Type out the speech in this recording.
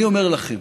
אני אומר לכם,